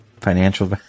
financial